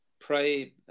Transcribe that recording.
pray